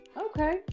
okay